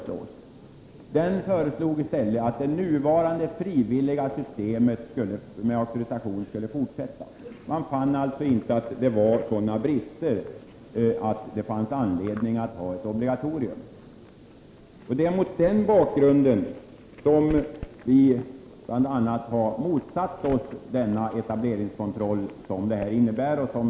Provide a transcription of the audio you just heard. Den föreslog i stället att det nuvarande systemet med frivillig auktorisation skulle fortsätta att gälla. Man fann alltså inte att det var sådana brister att det fanns anledning att ha ett obligatorium. Det är mot den bakgrunden som vi bl.a. har motsatt oss den etableringskontroll som förslaget innebär.